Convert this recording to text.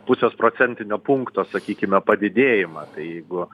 pusės procentinio punkto sakykime padidėjimą tai jeigu